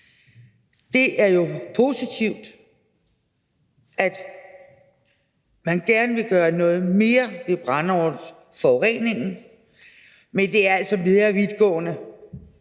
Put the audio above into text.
er det jo positivt, at man gerne vil gøre noget mere ved brændeovnsforureningen, men det er altså mere vidtgående